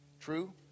True